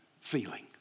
feeling